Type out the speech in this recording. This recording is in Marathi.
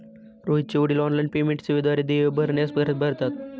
रोहितचे वडील ऑनलाइन पेमेंट सेवेद्वारे देय भरण्यास घाबरतात